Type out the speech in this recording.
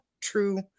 true